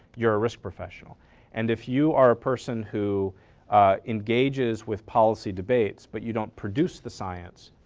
you are a risk professional and if you are a person who engages with policy debates but you don't produce the science,